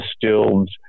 distilled